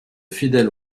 fidèle